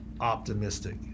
optimistic